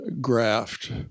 graft